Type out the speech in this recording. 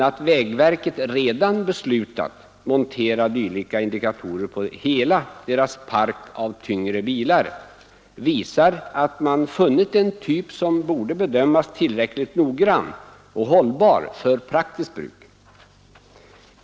Att vägverket redan beslutat montera dylika indikatorer på hela parken av tyngre bilar visar att man funnit en typ som borde bedömas som tillräckligt noggrann och hållbar för praktiskt bruk.